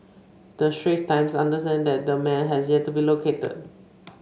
the Straits Times understands that the man has yet to be located